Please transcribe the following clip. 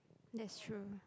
that's true